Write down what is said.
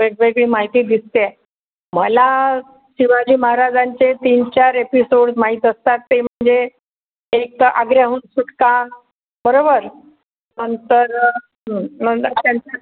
वेगवेगळी माहिती दिसते मला शिवाजी महाराजांचे तीनचार एपिसोड्स माहिती असतात ते म्हणजे एक तर आग्र्याहून सुटका बरोबर नंतर नंतर त्यांच्या